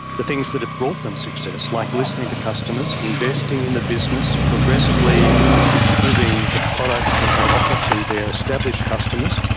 the things that have brought them success, like listening to customers, investing in a business, progressively improving the products that they offer to their established customers,